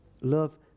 Love